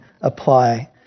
apply